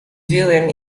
villain